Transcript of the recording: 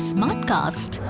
Smartcast